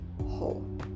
whole